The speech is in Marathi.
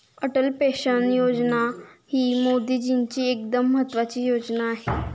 अटल पेन्शन योजना ही मोदीजींची एकदम महत्त्वाची योजना आहे